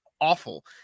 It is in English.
awful